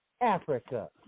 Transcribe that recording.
Africa